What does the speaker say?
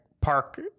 Park